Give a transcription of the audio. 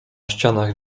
ścianach